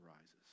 arises